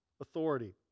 authority